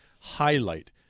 highlight